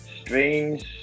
strange